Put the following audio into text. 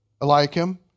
Eliakim